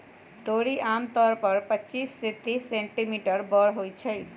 तोरी आमतौर पर पच्चीस से तीस सेंटीमीटर बड़ होई छई